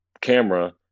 camera